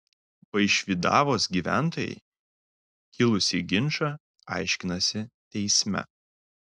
vaišvydavos gyventojai kilusį ginčą aiškinasi teisme